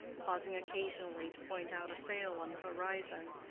pausing occasionally to point out a sail on the horizon,